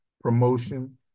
promotion